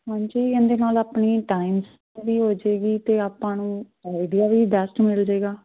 ਹਾਂਜੀ ਇਹਦੇ ਨਾਲ ਆਪਣੀ ਟਾਈਮ ਵੀ ਹੋ ਜੇਗੀ ਤੇ ਆਪਾਂ ਨੂੰ ਆਇਡਿਯਾ ਵੀ ਬੈਸਟ ਮਿਲ ਜਾਏਗਾ